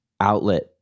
outlet